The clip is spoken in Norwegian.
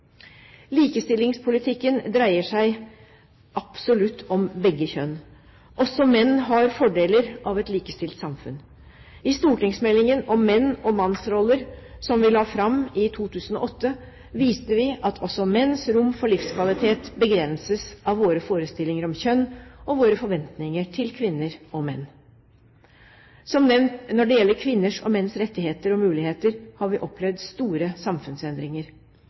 Likestillingspolitikken dreier seg absolutt om begge kjønn. Også menn har fordeler av et likestilt samfunn. I stortingsmeldingen om menn og mannsroller som vi la fram i 2008, viste vi at også menns rom for livskvalitet begrenses av våre forestillinger om kjønn og våre forventninger til kvinner og menn. Som nevnt: Når det gjelder kvinners og menns rettigheter og muligheter, har vi opplevd store samfunnsendringer.